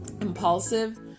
impulsive